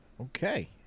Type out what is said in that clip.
Okay